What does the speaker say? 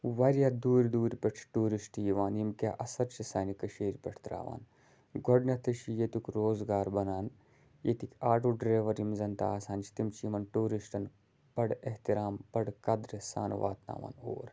واریاہ دوٗرِ دوٗرِ پٮ۪ٹھ چھِ ٹیٛوٗرِسٹہٕ یِوان یِم کیٛاہ اَثر چھِ سانہِ کٔشیٖرِ پٮ۪ٹھ ترٛاوان گۄڈٕنیٚتھٕے چھُ ییٚتیٛک روزگار بَنان ییٚتِکۍ آٹوٗ ڈرٛایور یِم زَن تہِ آسان چھِ تِم چھِ یِمَن ٹیٛوٗرِسٹَن بَڑٕ احترام بَڑٕ قدرِ سان واتناوان اور